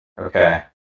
Okay